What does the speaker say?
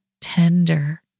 tender